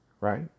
right